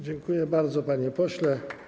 Dziękuję bardzo, panie pośle.